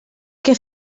què